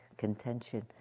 contention